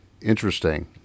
interesting